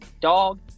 dog